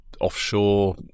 offshore